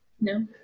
No